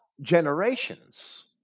generations